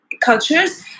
cultures